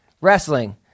wrestling